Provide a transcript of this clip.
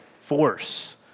force